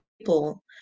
people